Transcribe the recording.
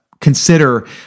consider